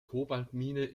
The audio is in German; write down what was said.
kobaltmine